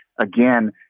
again